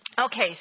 Okay